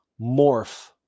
morph